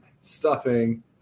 stuffing